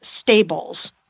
Stables